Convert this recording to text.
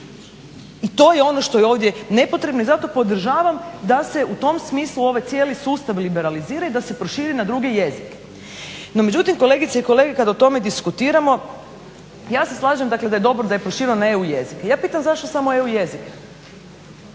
I to je ono što je ovdje nepotrebno i zato podržavam da se u tom smislu ovaj cijeli sustav liberalizira i da se proširi na druge jezike. No međutim, kolegice i kolege kad o tome diskutiramo ja se slažem, dakle da je dobro da je prošireno na EU jezike. Ja pitam zašto samo EU jezike?